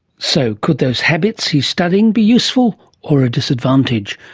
so, could those habits he's studying be useful or a disadvantage?